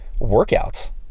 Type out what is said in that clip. workouts